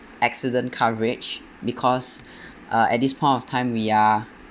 accident coverage because uh at this point of time we are